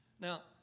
Now